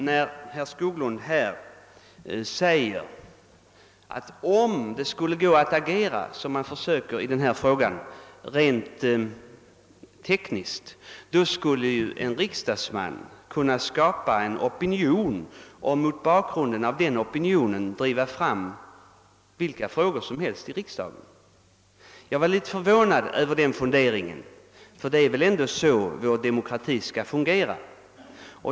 Herr Skoglund säger att om det skulle gå att agera rent tekniskt i denna fråga, så som man försöker. göra, skulle en riksdagsman kunna skapa en opinion och mot bakgrund av den opinionen driva fram vilka frågor som helst i riksdagen. Jag är litet förvånad över den funderingen, ty det är väl ändå så vår demokrati skall fungera.